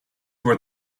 where